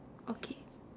okay